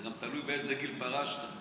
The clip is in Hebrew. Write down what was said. זה גם תלוי באיזה גיל פרשת.